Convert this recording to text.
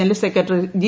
general secretary G